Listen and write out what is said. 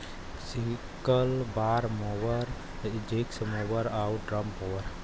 sickle bar mower, disc mower आउर drum mower